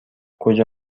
کجا